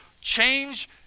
change